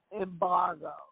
embargo